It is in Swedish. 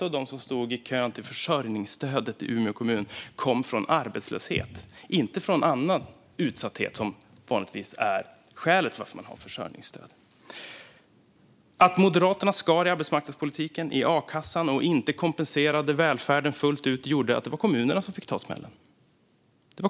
Av dem som stod i kön för försörjningsstöd i Umeå kommun kom 85 procent från arbetslöshet - inte från annan utsatthet, vilket vanligtvis är skälet till att man har försörjningsstöd. Att Moderaterna skar i arbetsmarknadspolitiken och a-kassan och inte kompenserade välfärden fullt ut gjorde att det var kommunerna som fick ta smällen.